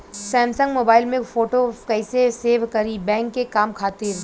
Samsung mobile में photo कैसे save करीं बैंक के काम खातिर?